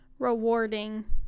rewarding